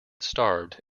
starved